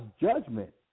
judgment